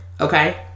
okay